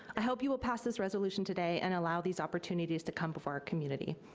i hope you will pass this resolution today and allow these opportunities to come before our community.